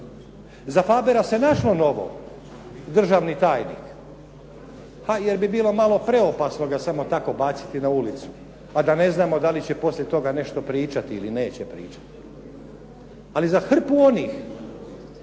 Za Fabera se našlo novo, državni tajnik, pa jer bi bilo malo preopasno samo tako baciti na ulicu a da ne znamo da li će poslije toga nešto pričati ili neće pričati. Ali za hrpu onih